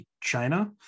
China